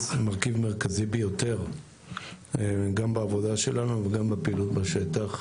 מרכזי ביותר גם בעבודה שלנו וגם בפעילות בשטח,